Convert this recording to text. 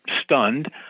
stunned